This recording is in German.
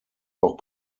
auch